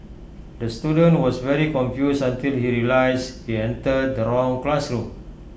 the student was very confused until he realised he entered the wrong classroom